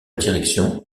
direction